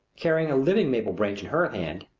carrying a living maple branch in her hand,